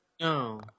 No